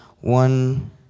one